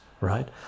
right